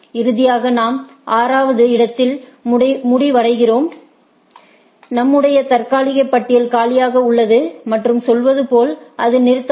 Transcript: இறுதியாக நாம் 6 வது இடத்தில் முடிவடைகிறோம் நம்முடைய தற்காலிக பட்டியல் காலியாக உள்ளது மற்றும் சொல்வது போல் அது நிறுத்தப்படும்